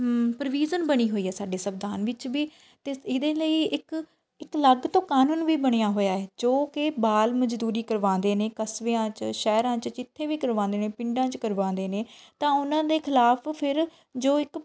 provision ਬਣੀ ਹੋਈ ਹੈ ਸਾਡੀ ਸੰਵਿਧਾਨ ਵਿੱਚ ਵੀ ਅਤੇ ਇਹਦੇ ਲਈ ਇੱਕ ਇੱਕ ਅਲੱਗ ਤੋਂ ਕਾਨੂੰਨ ਵੀ ਬਣਿਆ ਹੋਇਆ ਏ ਜੋ ਕਿ ਬਾਲ ਮਜ਼ਦੂਰੀ ਕਰਵਾਉਂਦੇ ਨੇ ਕਸਬਿਆਂ 'ਚ ਸ਼ਹਿਰਾਂ 'ਚ ਜਿੱਥੇ ਵੀ ਕਰਵਾਉਂਦੇ ਨੇ ਪਿੰਡਾਂ 'ਚ ਕਰਵਾਉਂਦੇ ਨੇ ਤਾਂ ਉਹਨਾਂ ਦੇ ਖਿਲਾਫ ਫਿਰ ਜੋ ਇੱਕ